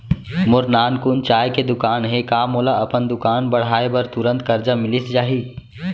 मोर नानकुन चाय के दुकान हे का मोला अपन दुकान बढ़ाये बर तुरंत करजा मिलिस जाही?